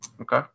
Okay